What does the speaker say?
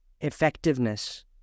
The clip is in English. effectiveness